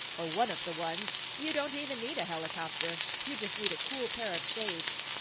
or one of the ones, you don't even need a helicopter, you just need a cool pair of shades.